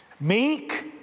Meek